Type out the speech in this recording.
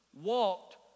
walked